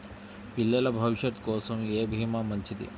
పిల్లల భవిష్యత్ కోసం ఏ భీమా మంచిది?